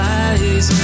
eyes